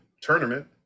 tournament